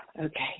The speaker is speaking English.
Okay